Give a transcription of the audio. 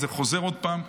זה חוזר עוד פעם,